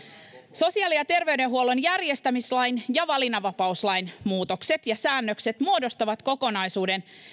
sosiaali ja terveydenhuollon järjestämislain ja valinnanvapauslain muutokset ja säännökset muodostavat kokonaisuuden